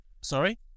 Sorry